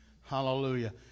hallelujah